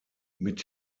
mit